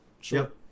Sure